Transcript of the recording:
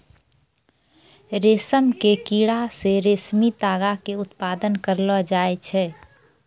रेशम के कीड़ा से रेशमी तागा के उत्पादन करलो जाय छै